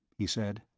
he said,